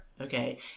Okay